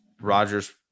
Rogers